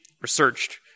researched